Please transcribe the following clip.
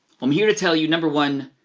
i'm here to tell you, number one,